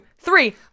three